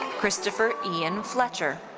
christopher ian fletcher.